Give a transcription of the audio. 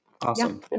awesome